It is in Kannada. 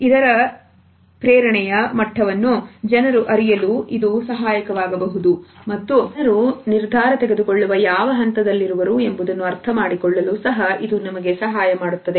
ಇದರ ಜನರ ಪ್ರೇರಣೆಯ ಮಟ್ಟವನ್ನು ಅರಿಯಲು ಇದು ಸಹಾಯಕವಾಗಬಹುದು ಮತ್ತು ಜನರು ನಿರ್ಧಾರ ತೆಗೆದುಕೊಳ್ಳುವ ಯಾವ ಹಂತದಲ್ಲಿರುವ ಎಂಬುದನ್ನು ಅರ್ಥಮಾಡಿಕೊಳ್ಳಲು ಸಹ ಇದು ನಮಗೆ ಸಹಾಯ ಮಾಡುತ್ತದೆ